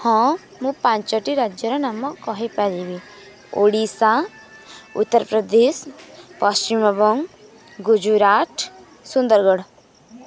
ହଁ ମୁଁ ପାଞ୍ଚଟି ରାଜ୍ୟର ନାମ କହିପାରିବି ଓଡ଼ିଶା ଉତ୍ତରପ୍ରଦେଶ ପଶ୍ଚିମବଙ୍ଗ ଗୁଜୁରାଟ ସୁନ୍ଦରଗଡ଼